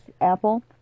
Apple